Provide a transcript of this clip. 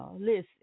Listen